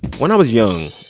when i was young,